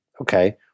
Okay